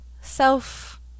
self